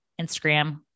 Instagram